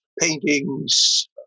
paintings